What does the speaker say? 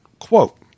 Quote